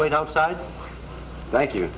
wait outside thank you